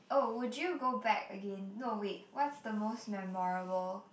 oh would you go back again no wait what's the most memorable